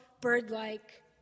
bird-like